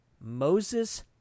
Moses